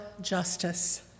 justice